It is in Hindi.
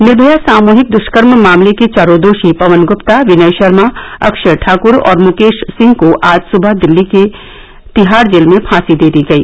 निर्भया सामूहिक दुष्कर्म मामले के चारों दोषी पवन गुप्ता विनय शर्मा अक्षय ठाकुर और मुकेश सिंह को आज सुबह दिल्ली के तिहाड़ जेल में फांसी दे दी गई